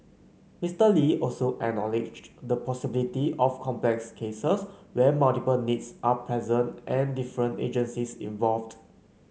Mister Lee also acknowledged the possibility of complex cases where multiple needs are present and different agencies involved